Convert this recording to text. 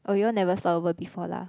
oh you'll never stopover before lah